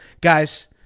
Guys